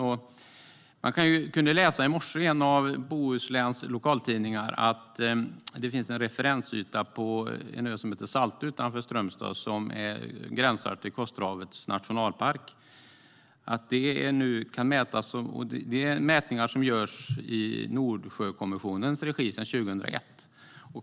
I morse kunde man läsa i en av Bohusläns lokaltidningar att det finns en referensyta på ön Saltö utanför Strömstad. Den gränsar till Kosterhavets nationalpark, och här har mätningar gjorts i Nordsjökommissionens regi sedan 2001.